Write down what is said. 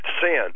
sin